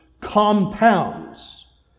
compounds